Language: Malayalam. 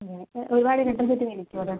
അതെ ഒരുപാട് ഇലക്ട്രിസിറ്റി വലിക്കുമോ അത്